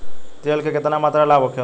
तेल के केतना मात्रा लाभ होखेला?